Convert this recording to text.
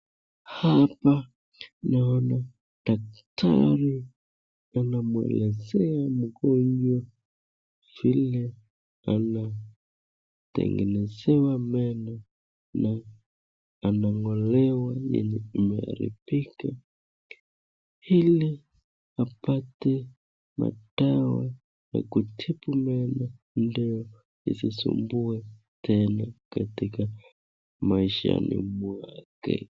Hapa naona daktari anamuelezea mgonjwa vile anateng'enezewa meno, na anang'olewa yenye imeharibika ili apate madawa ya kutibu meno ndo isisumbue tena katika maishani mwake.